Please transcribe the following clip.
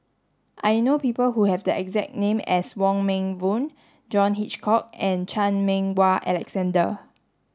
I know people who have the exact name as Wong Meng Voon John Hitchcock and Chan Meng Wah Alexander